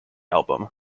album